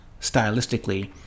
stylistically